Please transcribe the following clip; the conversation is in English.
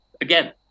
Again